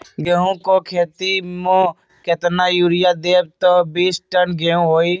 गेंहू क खेती म केतना यूरिया देब त बिस टन गेहूं होई?